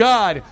God